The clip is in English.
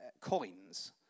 coins